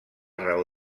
raó